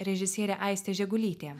režisierė aistė žegulytė